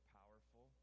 powerful